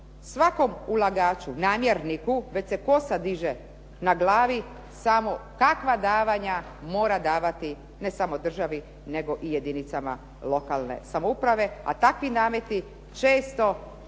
Svakom ulagaču namjerniku već se kosa diže na glavi samo kakva davanja mora davati ne samo državi nego i jedinicama lokalne samouprave a takvi nameti često